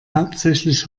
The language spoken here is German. hauptsächlich